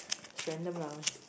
it's random lah